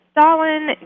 Stalin